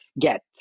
get